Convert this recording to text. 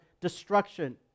destruction